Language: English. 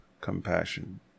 compassion